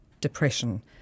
depression